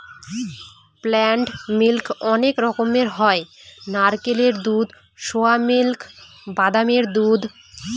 plant milk অনেক রকমের হয় নারকেলের দুধ, সোয়া মিল্ক, বাদামের দুধ